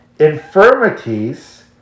Infirmities